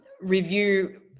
review